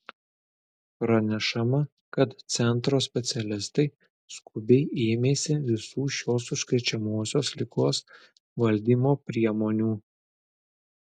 pranešama kad centro specialistai skubiai ėmėsi visų šios užkrečiamosios ligos valdymo priemonių